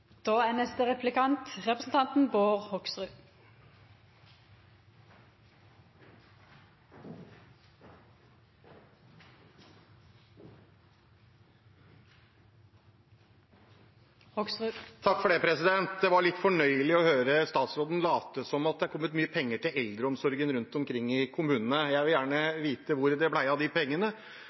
Det var litt fornøyelig å høre statsråden late som at det er kommet mye penger til eldreomsorgen rundt omkring i kommunene. Jeg vil gjerne vite hvor det ble av de pengene.